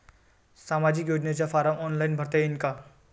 सामाजिक योजनेचा form online भरता येईन का?